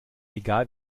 egal